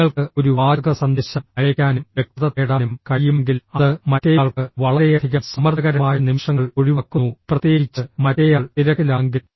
നിങ്ങൾക്ക് ഒരു വാചക സന്ദേശം അയയ്ക്കാനും വ്യക്തത തേടാനും കഴിയുമെങ്കിൽ അത് മറ്റേയാൾക്ക് വളരെയധികം സമ്മർദ്ദകരമായ നിമിഷങ്ങൾ ഒഴിവാക്കുന്നു പ്രത്യേകിച്ച് മറ്റേയാൾ തിരക്കിലാണെങ്കിൽ